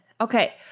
Okay